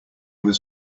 was